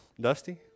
Dusty